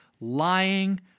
Lying